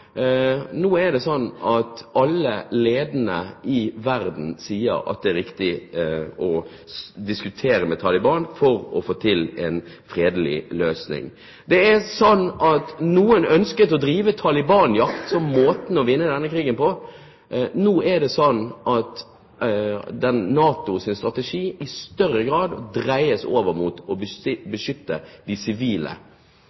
Nå er det slik at alle de ledende i verden sier at det er viktig å diskutere med Taliban for å få til en fredelig løsning. Noen ønsket at det å drive Taliban-jakt var måten å vinne denne krigen på. Nå dreies NATOs strategi i større grad over mot å